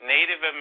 Native